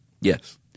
Yes